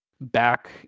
back